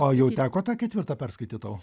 o jau teko tą ketvirtą perskaityti tau